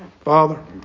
Father